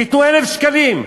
תיתנו 1,000 שקלים.